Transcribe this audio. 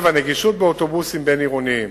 7. נגישות באוטובוסים בין-עירוניים,